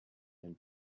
and